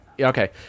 Okay